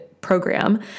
program